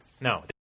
No